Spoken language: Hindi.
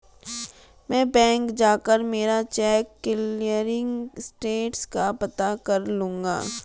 मैं बैंक जाकर मेरा चेक क्लियरिंग स्टेटस का पता कर लूँगा